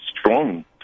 strong